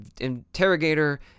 interrogator